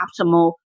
optimal